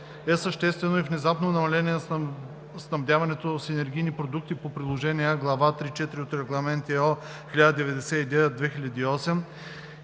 е съществено и внезапно намаляване на снабдяването с енергийни продукти по приложение А, глава 3.4 от Регламент (ЕО) № 1099/2008